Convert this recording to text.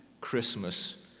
Christmas